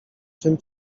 czym